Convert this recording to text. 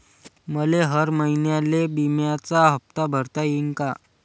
मले हर महिन्याले बिम्याचा हप्ता भरता येईन का?